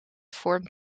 vormt